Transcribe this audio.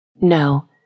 No